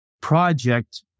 project